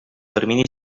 termini